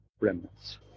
remnants